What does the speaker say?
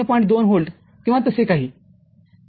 २ volt किंवा तसे काही